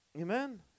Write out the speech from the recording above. Amen